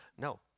No